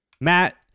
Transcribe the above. Matt